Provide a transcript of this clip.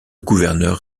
gouverneur